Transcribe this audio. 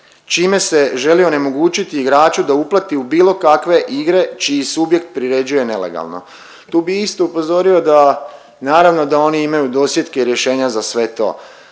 čime se želi onemogućiti igraču da uplati u bilo kakve igre čiji subjekt priređuje nelegalno. Tu bi isto upozorio da naravno da oni imaju dosjetke i rješenja za sve to.